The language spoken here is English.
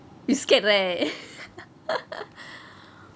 you scared right